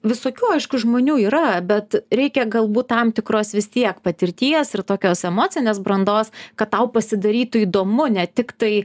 visokių aišku žmonių yra bet reikia galbūt tam tikros vis tiek patirties ir tokios emocinės brandos kad tau pasidarytų įdomu ne tik tai